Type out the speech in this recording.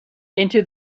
into